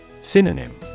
Synonym